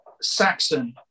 Saxon